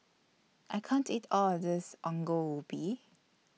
I can't eat All of This Ongol Ubi